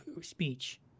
speech